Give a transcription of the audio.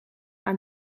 aan